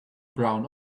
brown